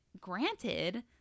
granted –